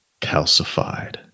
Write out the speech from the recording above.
calcified